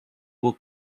will